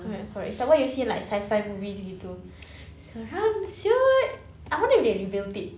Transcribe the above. correct correct it's like what you see in like sci-fi movies gitu seram siot I wonder if they rebuilt it